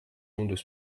sondes